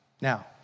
Now